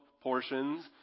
portions